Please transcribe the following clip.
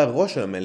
הראש של המלך,